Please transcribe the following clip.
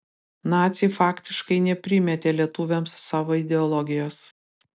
naciai faktiškai neprimetė lietuviams savo ideologijos